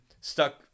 stuck